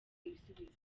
ibisubizo